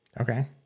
Okay